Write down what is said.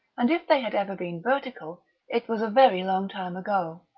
and if they had ever been vertical it was a very long time ago.